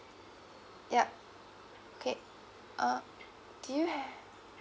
yup okay uh do you ha~